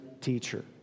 teacher